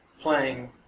playing